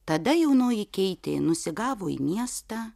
tada jaunoji keitė nusigavo į miestą